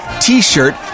t-shirt